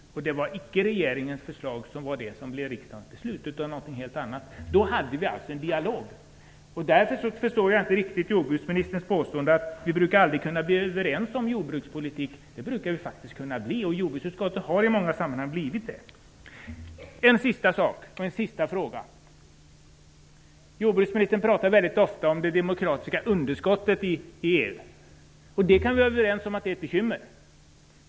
Det var icke regeringens förslag som blev riksdagens beslut utan något helt annat. Då förde vi en dialog. Därför förstår jag inte riktigt jordbruksministerns påstående att vi aldrig brukar komma överens angående jordbrukspolitiken. Det brukar vi faktiskt bli. Vi har i många sammanhang kommit överens i jordbruksutskottet. En sista fråga. Jordbruksministern pratar ofta om det demokratiska underskottet i EU. Vi kan vara överens om att det är ett bekymmer.